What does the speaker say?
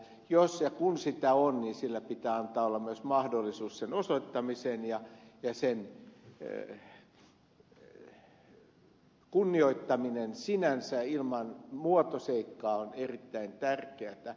jos ja kun sitä on niin pitää antaa olla myös mahdollisuus sen osoittamiseen ja sen kunnioittaminen sinänsä ilman muotoseikkaa on erittäin tärkeätä